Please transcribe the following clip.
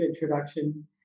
introduction